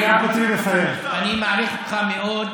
אני מעריך אותך מאוד,